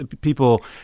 people